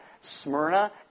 Smyrna